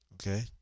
okay